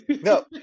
No